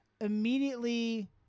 immediately